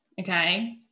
okay